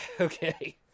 okay